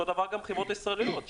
אותו דבר גם חברות ישראליות.